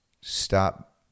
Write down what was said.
stop